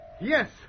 Yes